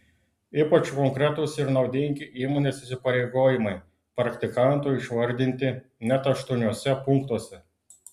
ypač konkretūs ir naudingi įmonės įsipareigojimai praktikantui išvardinti net aštuoniuose punktuose